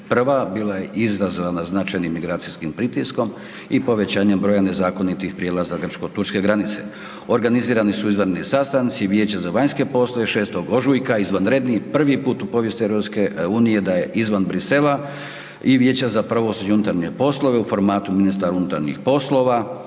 bila je izazvana značajnim migracijskim pritiskom i povećanjem broja nezakonitih prijelaza Grčko – Turske granice. Organizirani su izvanredni sastanci, Vijeće za vanjske poslove 6. ožujka izvanredni, prvi put u povijesti EU da je izvan Bruxellesa i Vijeća za pravosuđe i unutarnje poslove u formatu ministar unutarnjih poslova,